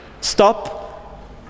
stop